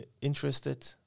interested